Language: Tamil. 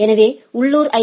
எனவே உள்ளூர் ஐ